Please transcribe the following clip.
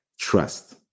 trust